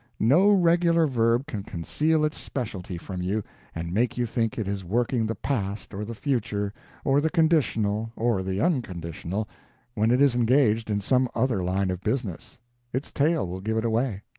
no regular verb can conceal its specialty from you and make you think it is working the past or the future or the conditional or the unconditional when it is engaged in some other line of business its tail will give it away.